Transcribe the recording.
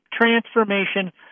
transformation